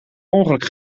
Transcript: ongeluk